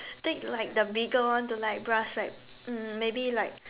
take like the bigger one to like brush like um maybe like